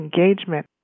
engagement